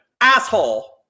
Asshole